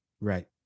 Right